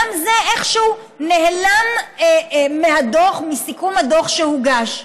גם זה איכשהו נעלם מהדוח, מסיכום הדוח שהוגש,